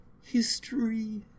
history